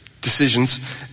decisions